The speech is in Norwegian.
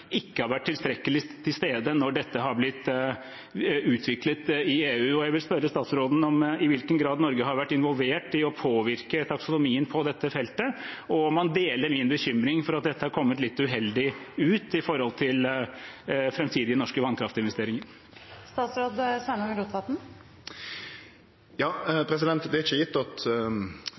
ikke har vært tilstrekkelig til stede når dette har blitt utviklet i EU. Jeg vil spørre statsråden om i hvilken grad Norge har vært involvert i å påvirke taksonomien på dette feltet, og om han deler min bekymring for at dette har kommet litt uheldig ut med hensyn til framtidige norske vannkraftinvesteringer. Det er ikkje gjeve at taksonomi er